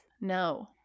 no